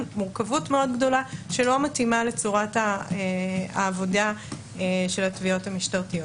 מורכבות מאוד גדולה שלא מתאימה לצורת העבודה של התביעות המשטרתיות.